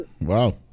Wow